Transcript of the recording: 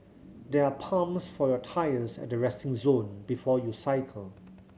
there are pumps for your tyres at the resting zone before you cycle